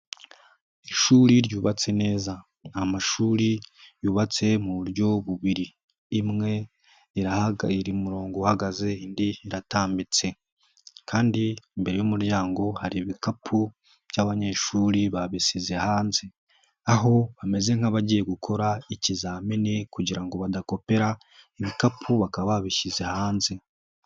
Ishuri ryubatse neza. Ni amashuri yubatse mu buryo bubiri rimwe rihagaze riri mu murongo uhagaze irindi riratambitse kandi imbere y'umuryango hari ibikapu by'abanyeshuri babisize hanze ,aho bameze nk'abagiye gukora ikizamini kugira ngo badapera, ibikapu bakaba babishyize hanze.